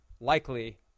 likely